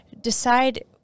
decide